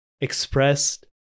expressed